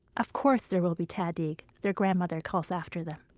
of course there will be tahdig, their grandmother calls after them.